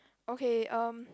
okay erm